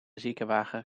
ziekenwagen